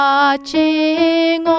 Watching